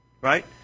Right